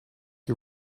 you